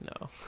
No